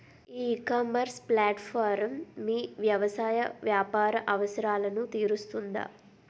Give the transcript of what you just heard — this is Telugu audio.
ఈ ఇకామర్స్ ప్లాట్ఫారమ్ మీ వ్యవసాయ వ్యాపార అవసరాలను తీరుస్తుందా?